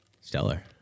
Stellar